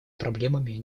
проблемами